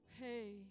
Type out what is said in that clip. Hey